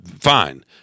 Fine